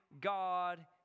God